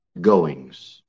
goings